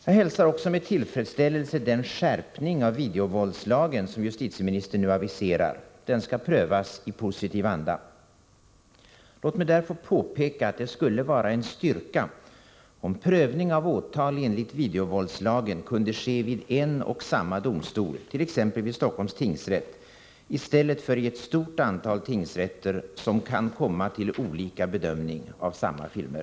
Jag hälsar också med tillfredsställelse den skärpning av videovåldslagen som justitieministern nu aviserar. Det förslaget skall prövas i positiv anda. Låt mig där få påpeka att det skulle vara en styrka om prövning av åtal enligt videovåldslagen kunde ske vid en och samma domstol, t.ex. vid Stockholms tingsrätt i stället för i ett stort antal tingsrätter som kan komma till olika bedömning av samma filmer.